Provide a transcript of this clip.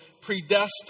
predestined